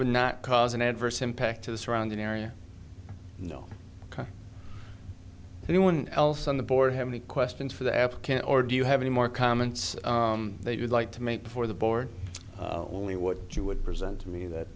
would not cause an adverse impact to the surrounding area no anyone else on the board have any questions for the app can or do you have any more comments they would like to make before the board only what you would present to me that